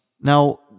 Now